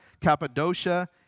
Cappadocia